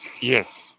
Yes